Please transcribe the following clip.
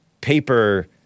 paper